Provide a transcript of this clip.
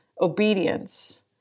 obedience